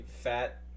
fat